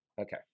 Okay